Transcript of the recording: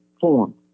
form